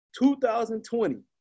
2020